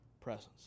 presence